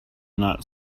not